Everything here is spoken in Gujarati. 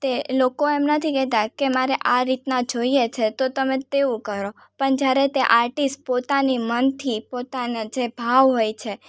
તે લોકો એમ નથી કહેતા કે મારે આ રીતના જોઈએ છે તો તમે તેવું કરો પણ જ્યારે તે આર્ટિસ પોતાની મનથી પોતાના જે ભાવ હોય છે